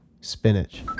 Spinach